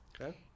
okay